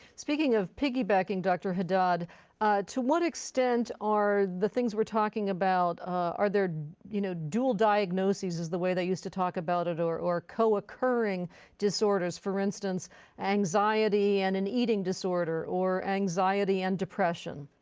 speaking of piggybacking dr. haddad to what extent are the things we're talking about are there you know dual diagnoses is the way they use to talk about it or or co-occurring disorders for instance anxiety and an eating disorder or anxiety and depression?